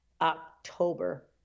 October